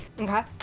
Okay